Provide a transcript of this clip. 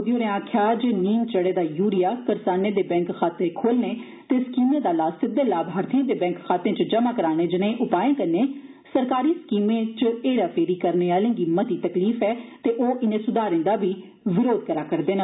मोदी होरें आक्खेआ जे निम्म चढ़े दा यूरिया करसाने दे बैंक खाते खोलने ते स्कीमें दा लाह सिद्दे लाभार्थिएं दे बैंक खाते च जमा कराने जनेह उपाए कन्नै सरकारी स्कीमें च हेरा फेरी करने आले गी मती तकलीफ ऐ ते ओह् इनें सुधारे दा बी विरोध करा करदे न